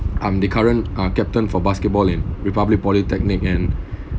um the current uh captain for basketball in republic polytechnic and